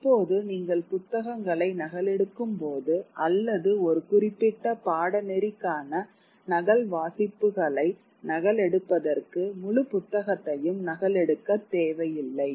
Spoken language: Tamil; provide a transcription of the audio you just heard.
இப்போது நீங்கள் புத்தகங்களை நகலெடுக்கும் போது அல்லது ஒரு குறிப்பிட்ட பாடநெறிக்கான நகல் வாசிப்புகளை நகல் எடுப்பதற்கு முழு புத்தகத்தையும் நகலெடுக்க தேவையில்லை